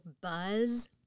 buzz